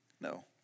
No